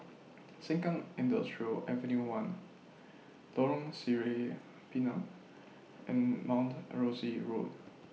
Sengkang Industrial Ave one Lorong Sireh Pinang and Mount A Rosie Road